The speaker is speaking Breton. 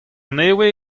nevez